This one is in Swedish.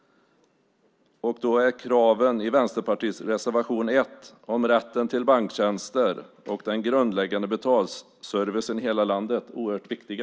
Då är kraven i Vänsterpartiets reservation 1 om rätten till banktjänster och grundläggande betalservice i hela landet oerhört viktiga.